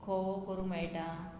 फोव करूंक मेळटा